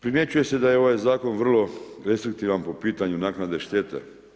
Primjećuje se da je ovaj zakon vrlo restriktivan po pitanju naknade štete.